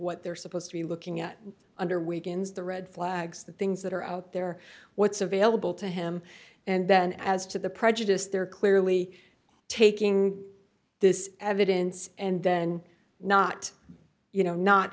what they're supposed to be looking at under weakens the red flags the things that are out there what's available to him and then as to the prejudiced they're clearly taking this evidence and then not you know not